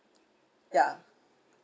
ya